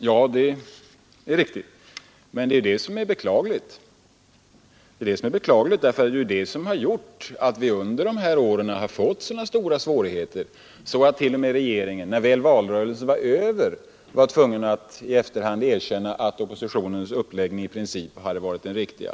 Ja, det är riktigt. Men det är det som är beklagligt, för det är det som har gjort att vi under dessa år har fått så stora svårigheter att t.o.m. regeringen, när väl valrörelsen var över, tvingades att i efterhand erkänna att oppositionens uppläggning i princip hade varit den riktiga.